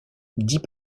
dit